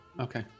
okay